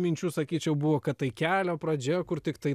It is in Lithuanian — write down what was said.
minčių sakyčiau buvo kad tai kelio pradžia kur tiktai